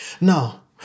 Now